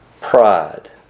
Pride